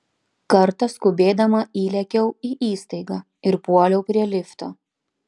kartą skubėdama įlėkiau į įstaigą ir puoliau prie lifto